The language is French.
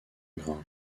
grain